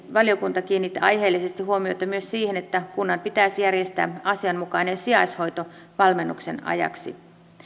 valiokunta kiinnitti aiheellisesti huomiota myös siihen että kunnan pitäisi järjestää asianmukainen sijaishoito valmennuksen ajaksi